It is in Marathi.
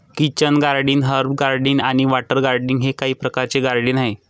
किचन गार्डनिंग, हर्ब गार्डनिंग आणि वॉटर गार्डनिंग हे काही प्रकारचे गार्डनिंग आहेत